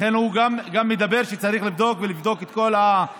לכן הוא גם מדבר על כך שצריך לבדוק את כל הנתונים.